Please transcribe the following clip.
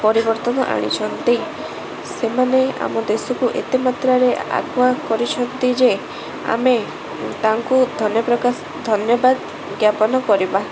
ପରିବର୍ତ୍ତନ ଆଣିଛନ୍ତି ସେମାନେ ଆମ ଦେଶକୁ ଏତେ ମାତ୍ରାରେ ଆଗୁଆ କରିଛନ୍ତି ଯେ ଆମେ ତାଙ୍କୁ ଧନ୍ୟ ପ୍ରକାଶ ଧନ୍ୟବାଦ ଜ୍ଞାପନ କରିବା